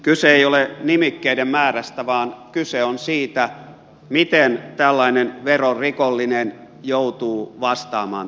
kyse ei ole nimikkeiden määrästä vaan kyse on siitä miten tällainen verorikollinen joutuu vastaamaan teoistaan